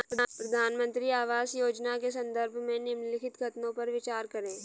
प्रधानमंत्री आवास योजना के संदर्भ में निम्नलिखित कथनों पर विचार करें?